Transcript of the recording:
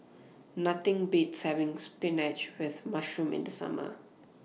Nothing Beats having Spinach with Mushroom in The Summer